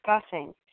discussing